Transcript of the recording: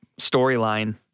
storyline